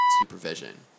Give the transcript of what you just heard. supervision